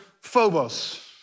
phobos